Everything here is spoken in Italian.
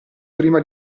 prima